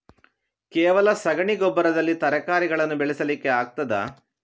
ಕೇವಲ ಸಗಣಿ ಗೊಬ್ಬರದಲ್ಲಿ ತರಕಾರಿಗಳನ್ನು ಬೆಳೆಸಲಿಕ್ಕೆ ಆಗ್ತದಾ?